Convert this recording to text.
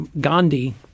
Gandhi